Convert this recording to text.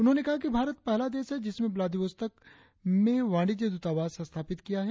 उन्होंने कहा कि भारत पहला देश है जिसमें व्लादिवोस्तोक में वाणिज्य दूतावास स्थापित किया है